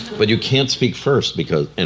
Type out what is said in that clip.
but you can't speak first because, and